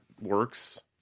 works